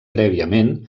prèviament